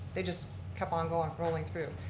they just kept on going, rolling through.